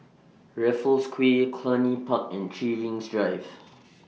Raffles Quay Cluny Park and three Rings Drive